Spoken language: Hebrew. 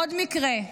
עוד מקרה.